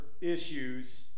issues